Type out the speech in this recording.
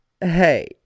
hey